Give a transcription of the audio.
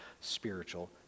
spiritual